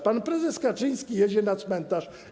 Pan prezes Kaczyński jedzie na cmentarz.